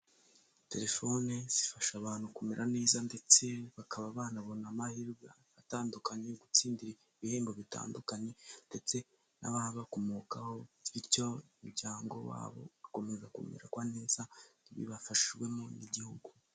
Telefone zifasha abantu kumera neza ndetse bakaba banabona amahirwe atandukanye yo gutsindira ibihembo bitandukanye ndetse n'ababakomokaho, bityo imiryango wabo bakomeza kumerarwa neza, iyo bafashijwemo n'igihugu.